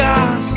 God